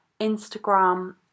Instagram